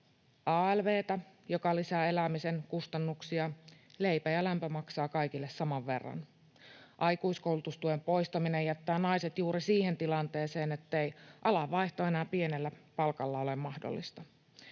joka lisää elämisen kustannuksia. Leipä ja lämpö maksavat kaikille saman verran. Aikuiskoulutustuen poistaminen jättää naiset juuri siihen tilanteeseen, ettei alanvaihto enää pienellä palkalla ole mahdollista.